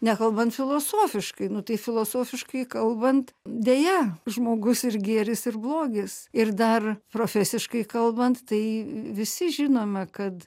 nekalbant filosofiškai nu tai filosofiškai kalbant deja žmogus ir gėris ir blogis ir dar profesiškai kalbant tai visi žinome kad